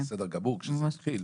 זה היה בסדר גמור כשזה התחיל.